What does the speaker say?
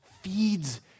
feeds